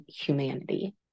humanity